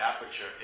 aperture